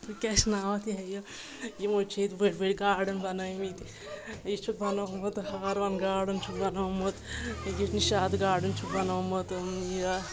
بہٕ کیاہ چھِ ناو اتھ یہِ ہہَ یہِ یِمو چھِ ییٚتہِ بٔڑۍ بٔڑۍ گاڈن بَنٲومٕتۍ یہِ چھُکھ بنومُت ہاروَن گاڈن چھُکھ بَنومُت یہِ نِشاط گاڈن چھُکھ بنومُت یہِ